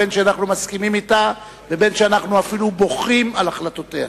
בין שאנחנו מסכימים אתה ובין שאנחנו אפילו בוכים על החלטותיה.